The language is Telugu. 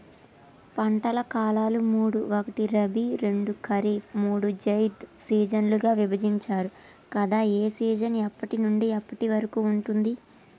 పంటల కాలాలు మూడు ఒకటి రబీ రెండు ఖరీఫ్ మూడు జైద్ సీజన్లుగా విభజించారు కదా ఏ సీజన్ ఎప్పటి నుండి ఎప్పటి వరకు ఉంటుంది?